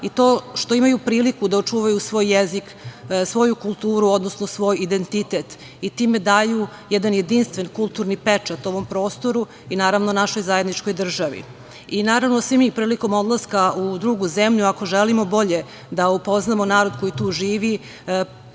i to što imaju priliku da očuvaju svoj jezik, svoju kulturu, odnosno svoj identitet i time daju jedan jedinstven kulturni pečat ovom prostoru i, naravno, našoj zajedničkoj državi. Naravno, svi mi prilikom odlaska u drugu zemlju, ako želimo bolje da upoznamo narod koji tu živi,